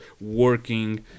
working